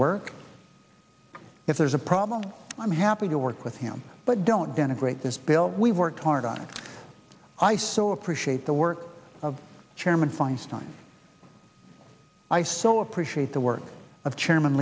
work if there's a problem i'm happy to work with him but don't denigrate this bill we worked hard on it i so appreciate the work of chairman feinstein i so appreciate the work of chairman